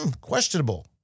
questionable